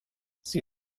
sie